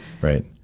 right